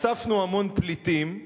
אספנו המון פליטים,